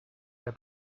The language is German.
der